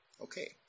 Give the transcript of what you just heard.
okay